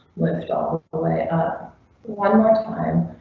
lift off the way up one more time.